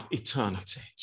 eternity